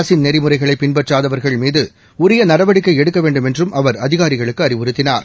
அரசின் நெறிமுறைகளை பின்பற்றாதவா்கள் மீது உரிய நடவடிக்கை எடுக்க வேண்டுமென்றும் அவா அதிகாரிகளுக்கு அறிவுறுத்தினார்